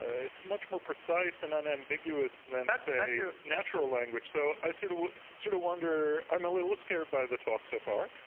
it's much more precise and unambiguous than say natural language. so i sort of sort of wonder, i'm a little less scared by the talks so far,